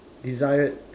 desired